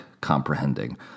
comprehending